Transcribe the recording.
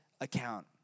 account